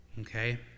Okay